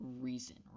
reason